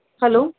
hello